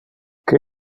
que